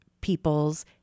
peoples